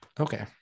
Okay